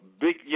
big